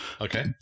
okay